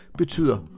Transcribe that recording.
betyder